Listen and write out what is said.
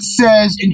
says